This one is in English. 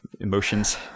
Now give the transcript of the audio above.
emotions